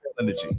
Energy